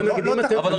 אבל,